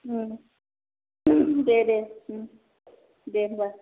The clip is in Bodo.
उम दे दे उम दे होम्बा